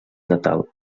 natal